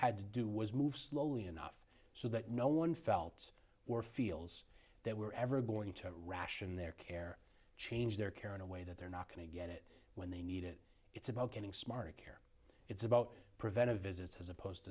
had to do was move slowly enough so that no one felt or feels that we're ever going to ration their care change their care in a way that they're not going to get it when they need it it's about getting smarter care it's about preventive visits has opposed to